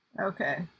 Okay